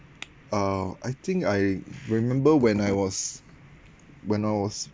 uh I think I remember when I was when I was